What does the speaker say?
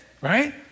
right